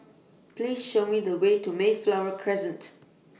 Please Show Me The Way to Mayflower Crescent